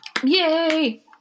yay